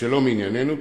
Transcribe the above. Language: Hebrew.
" שלא מענייננו,